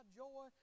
joy